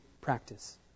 practice